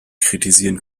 kritisieren